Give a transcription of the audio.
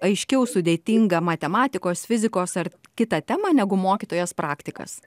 aiškiau sudėtingą matematikos fizikos ar kitą temą negu mokytojas praktikas